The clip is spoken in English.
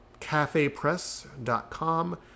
cafepress.com